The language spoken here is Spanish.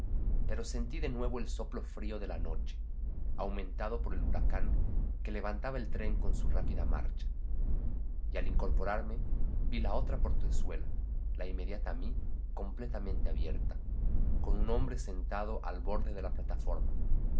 pero sentí de nuevo el soplo frío de la noche aumentado por el huracán que levantaba el tren con su rápida marcha y al incorporarme vi la otra portezuela la inmediata a mí completamente abierta con un hombre sentado al borde de la plataforma